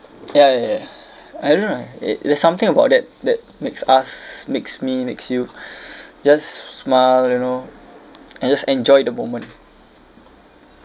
ya ya ya I don't know it there's something about that that makes us makes me makes you just smile you know and just enjoy the moment